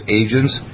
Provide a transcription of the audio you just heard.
agents